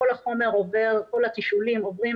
כל התשאולים עוברים,